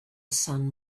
son